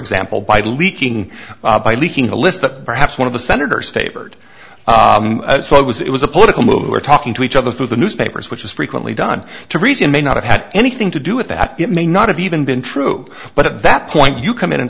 example by leaking by leaking a list that perhaps one of the senators favored it was it was a political move who are talking to each other through the newspapers which is frequently done to reason may not have had anything to do with that it may not have even been true but at that point you come in and